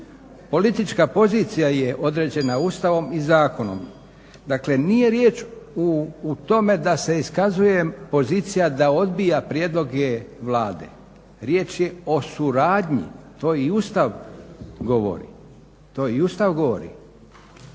Politička pozicija je određena Ustavom i zakonom. Dakle, nije riječ u tome da se iskazuje pozicija da odbija prijedloge Vlade. Riječ je o suradnji, to i Ustav govori da vlasti